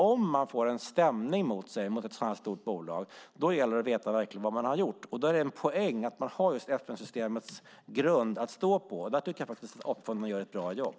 Om man får en stämning mot sig från ett sådant stort bolag gäller det att veta vad man har gjort. Då är det en poäng att ha FN-systemet som en grund att stå på. Där tycker jag att AP-fonderna gör ett bra jobb.